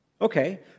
Okay